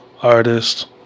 artist